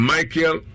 Michael